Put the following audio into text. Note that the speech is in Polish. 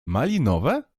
malinowe